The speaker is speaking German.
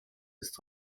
ist